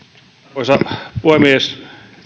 arvoisa puhemies